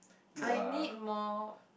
I need more